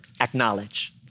acknowledge